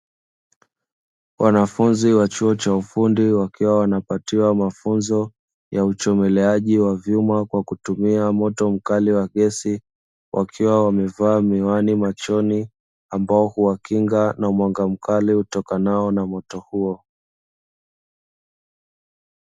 Wanafunzi wa chuo cha ufundi wakiwa wanapatiwa mafunzo ya uchomeleji wa vyuma kwa kutumia moto mkali wa gesi wakiwa wamevaa miwani machoni ambayo huwakinga na mwanga mkali utokanao na moto huo.